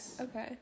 okay